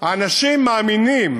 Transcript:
אנשים מאמינים